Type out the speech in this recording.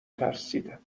ترسیدم